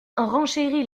renchérit